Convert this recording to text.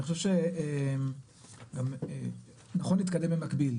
אני חושב שנכון להתקדם במקביל,